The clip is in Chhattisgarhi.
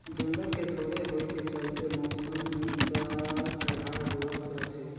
जंगल के थोरहें होए के चलते मउसम मे उतर चढ़ाव होवत रथे